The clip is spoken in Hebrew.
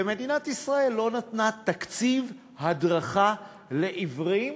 ומדינת ישראל לא נתנה תקציב הדרכה לעיוורים